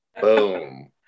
Boom